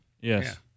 Yes